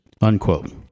unquote